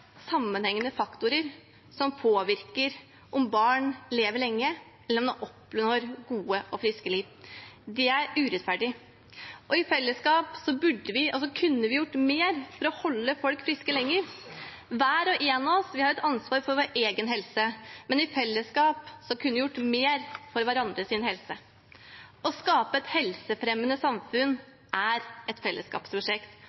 sammenhengende faktorer som påvirker om barn lever lenge, eller om de oppnår et godt og friskt liv. Det er urettferdig. I fellesskap kunne vi gjort mer for å holde folk friske lenger. Hver og en av oss har et ansvar for vår egen helse, men i fellesskap kunne vi gjort mer for hverandres helse. Å skape et helsefremmende